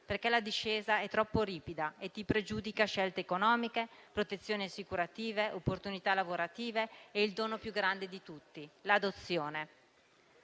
perché la discesa è troppo ripida e ti pregiudica scelte economiche, protezioni assicurative, opportunità lavorative e il dono più grande di tutti, ossia l'adozione.